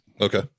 Okay